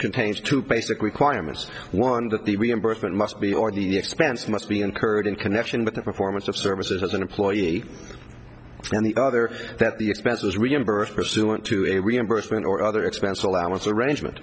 contains two basic requirements one that the reimbursement must be or the expense must be incurred in connection with the performance of services as an employee and the other that the expense is reimbursed pursuant to a reimbursement or other expenses allowance arrangement